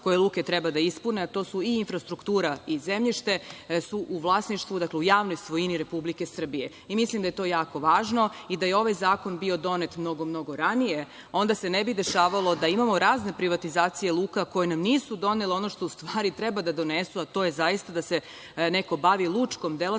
koje luke treba da ispune, a to su i infrastruktura i zemljište, su u vlasništvu, dakle, u javnoj svojini Republike Srbije. Mislim da je to jako važno i da je ovaj zakon bio donet mnogo, mnogo ranije, onda se ne bi dešavalo da imamo razne privatizacije luka koje nam nisu donele ono što u stvari treba da donesu, a to je zaista da se neko bavi lučkom delatnošću